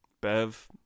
Bev